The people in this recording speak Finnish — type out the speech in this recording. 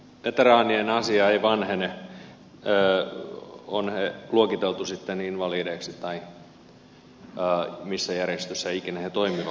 veteraanien asia ei vanhene on heidät luokiteltu sitten invalideiksi tai missä järjestössä ikinä he toimivatkaan